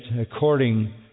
according